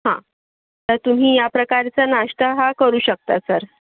हां तर तुम्ही या प्रकारचा नाष्टा हा करू शकता सर